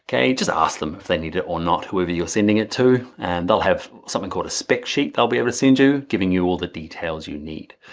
okay, just ask them if they need it or not whoever you're sending it to. and they'll have something called a spec sheet they'll be able to send you, giving you all the details you need.